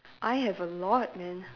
I have a lot man